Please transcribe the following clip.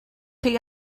chi